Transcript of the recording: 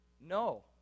No